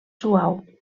suau